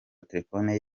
telefoni